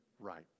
right